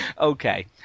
Okay